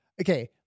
Okay